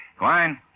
Quine